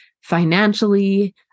financially